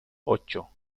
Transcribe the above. ocho